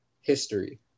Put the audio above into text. history